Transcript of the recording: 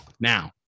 Now